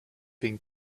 been